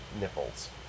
nipples